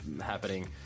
happening